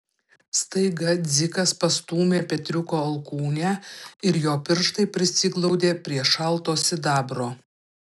staiga dzikas pastūmė petriuko alkūnę ir jo pirštai prisiglaudė prie šalto sidabro